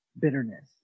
bitterness